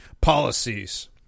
Policies